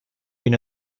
been